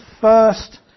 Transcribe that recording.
first